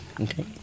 Okay